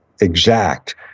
exact